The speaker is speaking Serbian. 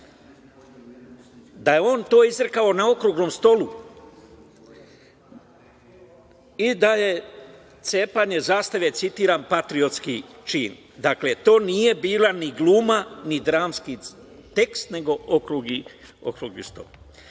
da je on to izrekao na okruglom stolu i da je cepanje zastave, citiram - patriotski čin. Dakle, to nije bila ni gluma, ni dramski tekst, nego okrugli